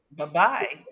bye-bye